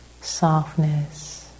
softness